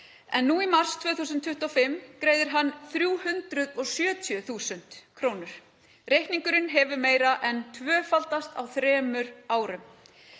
en nú í mars 2025 greiðir hann 370.000 kr. Reikningurinn hefur meira en tvöfaldast á þremur árum.